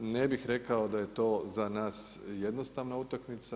Ne bih rekao da je to za nas jednostavna utakmica.